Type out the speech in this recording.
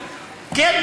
כן,